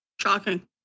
Shocking